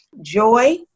joy